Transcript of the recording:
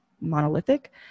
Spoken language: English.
monolithic